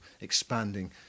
expanding